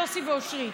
יוסי ואושרי.